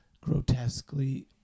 grotesquely